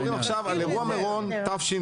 יוליה, אנחנו מדברים עכשיו על אירוע מירון תשפ"ב.